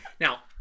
Now